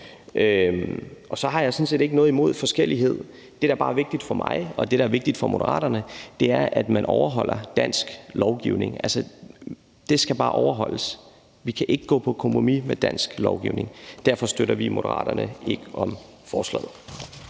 Så har jeg sådan set ikke noget imod forskellighed. Det, der bare er vigtigt for mig og vigtigt for Moderaterne, er, at man overholder dansk lovgivning. Altså, den skal bare overholdes. Vi kan ikke gå på kompromis med dansk lovgivning. Derfor støtter vi i Moderaterne ikke op om forslaget.